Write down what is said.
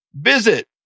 Visit